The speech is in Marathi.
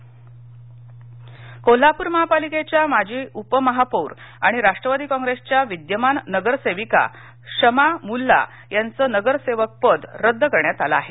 नगरसेवकपद रद्द कोल्हापूर महापालिकेच्या माजी उपमहापौर आणि राष्ट्रवादी काँप्रिसच्या विद्यमान नगरसेविका शमा मुल्ला यांचे नगरसेवकपद रद्द करण्यात आलं आहे